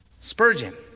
Spurgeon